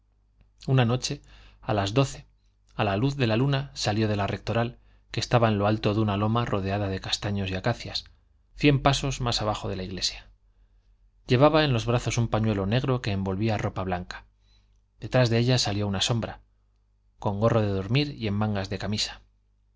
una noche a las doce a la luz de la luna salió de la rectoral que estaba en lo alto de una loma rodeada de castaños y acacias cien pasos más abajo de la iglesia llevaba en los brazos un pañuelo negro que envolvía ropa blanca detrás de ella salió una sombra con gorro de dormir y en mangas de camisa